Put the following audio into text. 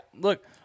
look